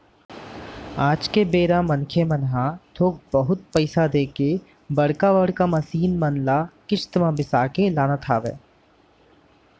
आज के बेरा मनखे मन ह थोक बहुत पइसा देके बड़का बड़का मसीन मन ल किस्ती म बिसा के लानत हवय